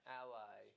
ally